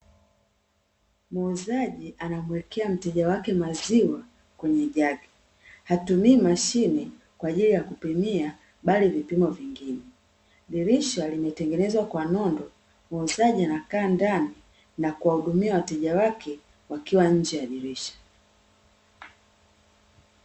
Muuzaji anamwekea mteja wake maziwa kwenye jagi, hatumii mashine kwa ajili ya kupimia bali vipimo vingine, dirisha limetengenezwa kwa nondo muuzaji anakaa ndani na kuwahudumia wateja wake wakiwa nje ya dirisha .